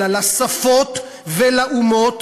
אלא לשפות ולאומות,